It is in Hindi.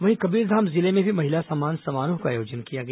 वहीं कबीरधाम जिले में भी महिला सम्मान समारोह का आयोजन किया गया